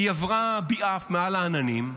היא עברה ביעף מעל העננים,